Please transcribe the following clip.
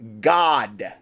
God